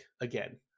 again